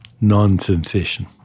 non-sensation